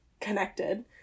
connected